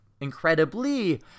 incredibly